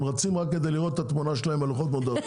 רצים רק כדי לראות את התמונה שלהם על לוחות מודעות.